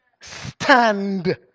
stand